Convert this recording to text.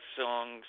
songs